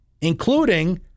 Including